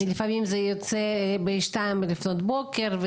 לפעמים זה יוצא בשתיים לפנות בוקר,